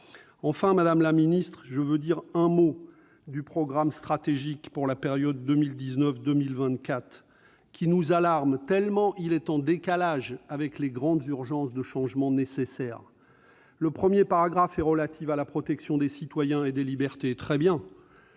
GUE/NGL, au Parlement européen. Le programme stratégique pour la période 2019-2024 nous alarme, tant il est en décalage avec les grandes urgences de changements nécessaires. Le premier paragraphe est relatif à la protection des citoyens et des libertés ? Très bien